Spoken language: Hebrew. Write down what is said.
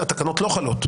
התקנות לא חלות?